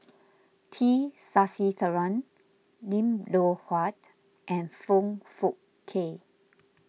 T Sasitharan Lim Loh Huat and Foong Fook Kay